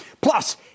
Plus